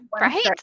right